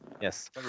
Yes